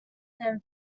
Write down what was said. than